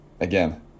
again